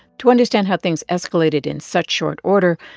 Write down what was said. to understand how things escalated in such short order,